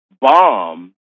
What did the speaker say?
Bomb